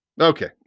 Okay